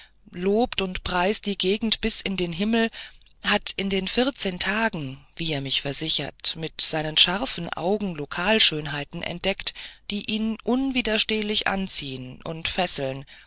lobt und preist die gegend bis an den himmel hat in den vierzehn tagen wie er mich versichert mit seinen scharfen augen lokalschönheiten entdeckt die ihn unwiderstehlich anziehen und fesseln